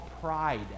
pride